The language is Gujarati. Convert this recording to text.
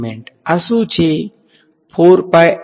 આ શુ છે